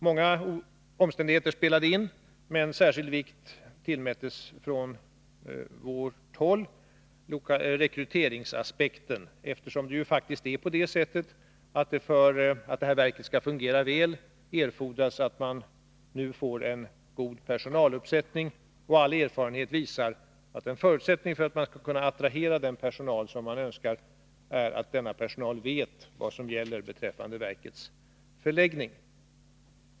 Många omständigheter spelade in, men särskild vikt tillmättes från vårt håll rekryteringsaspekten, eftersom det faktiskt — för att verket skall fungera väl— erfordras att man nu får en god personaluppsättning. Och all erfarenhet visar, att en förutsättning för att man ska kunna attrahera den personal som man önskar är att denna personal vet vad som gäller beträffande verkets förläggning.